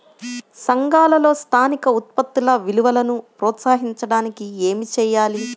సంఘాలలో స్థానిక ఉత్పత్తుల విలువను ప్రోత్సహించడానికి ఏమి చేయాలి?